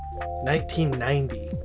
1990